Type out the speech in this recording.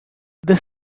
this